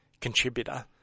contributor